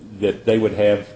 that they would have